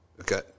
Okay